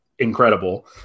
Incredible